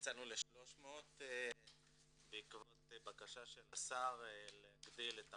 יצאנו ל-300 בעקבות בקשה של השר להגדיל את המכסה,